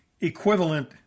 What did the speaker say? equivalent